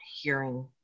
hearing